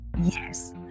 yes